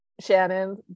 shannon